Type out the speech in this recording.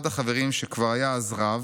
אחד החברים, שכבר היה אז רב,